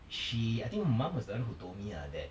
she I think mum was the one who told me ah that